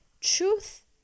truth